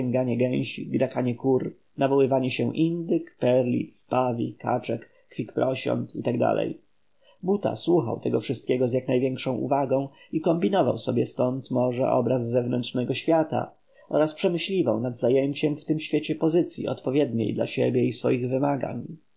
gęganie gęsi gdakanie kur nawoływanie się indyk perlic pawi kaczek kwik prosiąt i t d buta słuchał tego wszystkiego z jak największą uwagą i kombinował sobie ztąd może obraz zewnętrznego świata oraz przemyśliwał nad zajęciem w tym świecie pozycyi odpowiedniej dla siebie i swoich wymagań